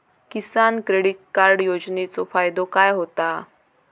किसान credit card योजनेचो फायदो काय होता?